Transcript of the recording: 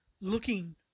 Looking